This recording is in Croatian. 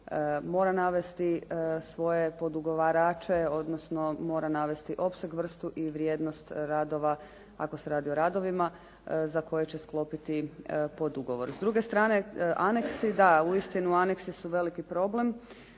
mora navesti svoje podugovarače odnosno mora navesti opseg, vrstu i vrijednost radova ako se radi o radovima za koje će sklopiti podugovor. S druge strane aneksi da, uistinu aneksi su veliki problem